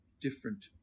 different